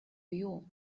you